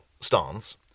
stance